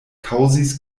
kaŭzis